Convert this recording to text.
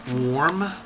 warm